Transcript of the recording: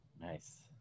Nice